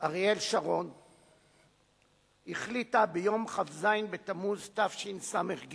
אריאל שרון החליטה, ביום כ"ז בתמוז תשס"ג,